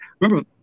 Remember